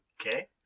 okay